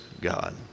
God